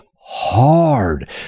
hard